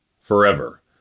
forever